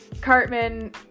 Cartman